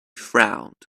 frowned